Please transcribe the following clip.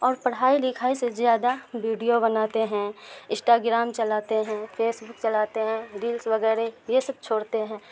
اور پڑھائی لکھائی سے زیادہ بیڈیو بناتے ہیں اسٹاگرام چلاتے ہیں فیسبک چلاتے ہیں ریلس وغیرہ یہ سب چھوڑتے ہیں